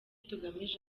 tugamije